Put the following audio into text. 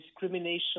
discrimination